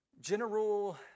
general